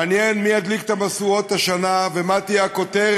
מעניין מי ידליק את המשואות השנה, ומה תהיה הכותרת